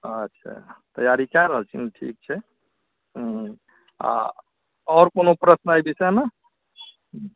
अच्छा तैयारी कऽ रहल छी ने ठीक छै हुँ आओर कोनो प्रश्न एहि विषयमे